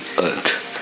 earth